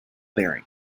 bearing